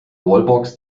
wallbox